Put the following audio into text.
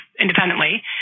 independently